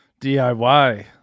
DIY